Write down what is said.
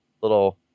Little